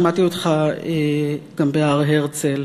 שמעתי אותך גם בהר-הרצל,